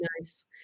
nice